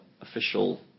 official